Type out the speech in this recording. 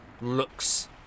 looks